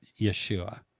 Yeshua